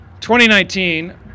2019